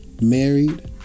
married